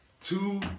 Two